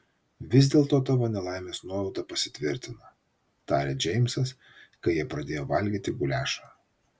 vis dėlto tavo nelaimės nuojauta pasitvirtino tarė džeimsas kai jie pradėjo valgyti guliašą